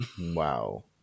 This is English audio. Wow